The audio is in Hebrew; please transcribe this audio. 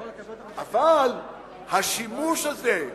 אבל השימוש הזה,